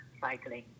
cycling